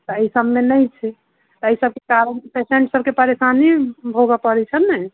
तऽ एहि सभमे नहि छै तऽ एहि सभके तऽ आब पेशेन्ट सभके परेशानी भोगऽ पड़ै छानि ने